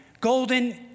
golden